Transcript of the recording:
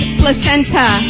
placenta